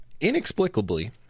inexplicably